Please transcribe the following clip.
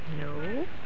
No